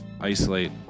isolate